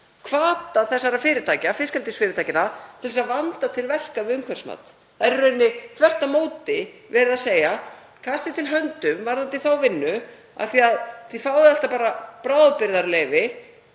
hvata þessara fyrirtækja, fiskeldisfyrirtækjanna, til að vanda til verka við umhverfismat. Það er í rauninni þvert á móti verið að segja: Kastið til höndum varðandi þá vinnu af því að þið fáið alltaf bara bráðabirgðaleyfi